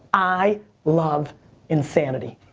i love insanity.